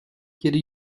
yedi